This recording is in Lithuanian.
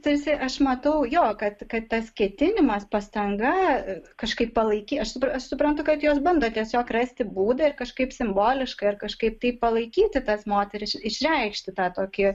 tarsi aš matau jo kad kad tas ketinimas pastanga kažkaip palaikė aš aš suprantu kad jos bando tiesiog rasti būdą ir kažkaip simboliškai ar kažkaip taip palaikyti tas moteris išreikšti tą tokį